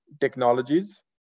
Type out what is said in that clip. technologies